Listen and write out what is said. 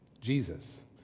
Jesus